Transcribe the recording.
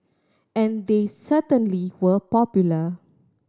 and they certainly were popular